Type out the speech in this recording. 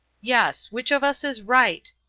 yes which of us is right,